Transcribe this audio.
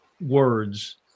words